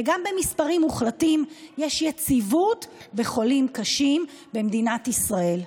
וגם במספרים מוחלטים יש יציבות בחולים קשים במדינת ישראל.